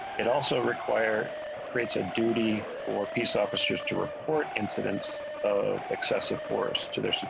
it also require creates a duty for peace officers to report incidents of excessive force to there she.